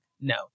no